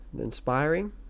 inspiring